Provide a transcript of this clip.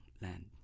land